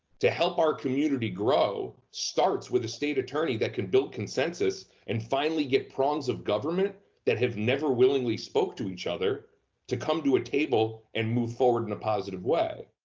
to help our community grow starts with a state attorney that can build consensus and finally get prongs of government that have never willingly spoke to each other to come to a table and move forward in a positive way.